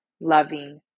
loving